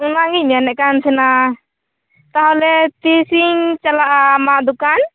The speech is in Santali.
ᱚᱱᱟᱜᱤᱧ ᱢᱮᱱᱮᱫ ᱠᱟᱱ ᱛᱟᱦᱮᱱᱟ ᱛᱟᱦᱚᱞᱮ ᱛᱤᱥᱤᱧ ᱪᱟᱞᱟᱜᱼᱟ ᱟᱢᱟᱜ ᱫᱚᱠᱟᱱ